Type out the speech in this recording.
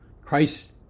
Christ